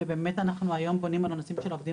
ובאמת אנחנו היום בונים על הנושאים של העובדים